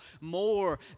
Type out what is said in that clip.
more